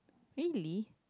really